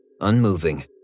unmoving